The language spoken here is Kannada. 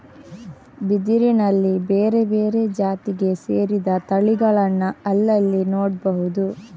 ಬಿದಿರಿನಲ್ಲಿ ಬೇರೆ ಬೇರೆ ಜಾತಿಗೆ ಸೇರಿದ ತಳಿಗಳನ್ನ ಅಲ್ಲಲ್ಲಿ ನೋಡ್ಬಹುದು